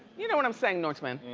you know what i'm sayin', norman?